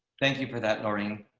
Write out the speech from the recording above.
thank you for that boring.